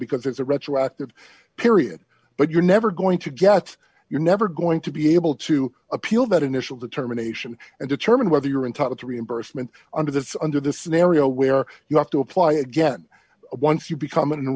because it's a retroactive period but you're never going to get you're never going to be able to appeal that initial determination and determine whether you're entitled to reimbursement under this under the scenario where you have to apply again once you become a